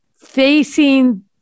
facing